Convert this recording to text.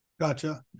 Gotcha